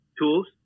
tools